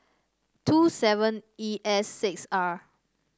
two seven E S six R